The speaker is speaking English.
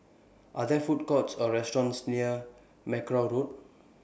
Are There Food Courts Or restaurants near Mackerrow Road